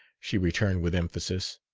she returned with emphasis.